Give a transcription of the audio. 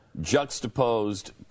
juxtaposed